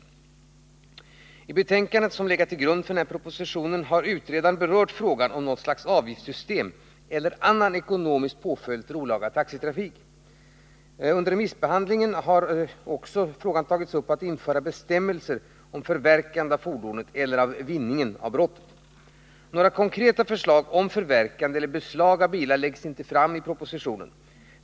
I det betänkande som har legat till grund för propositionen har utredaren berört frågan om något slags avgiftssystem eller annan ekonomisk påföljd för olaga taxitrafik. Under remissbehandlingen av betänkandet har också tagits upp frågan att införa bestämmelser om förverkande av fordonet eller av vinningen av brottet. Några konkreta förslag om förverkande eller beslag av bilar läggs inte fram i propositionen.